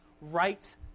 right